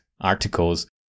articles